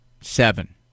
seven